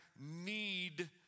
need